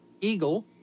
eagle